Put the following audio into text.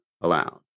allowed